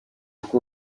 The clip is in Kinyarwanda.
uko